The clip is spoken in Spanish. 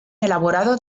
elaborado